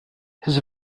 his